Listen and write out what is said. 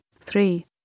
three